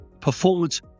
performance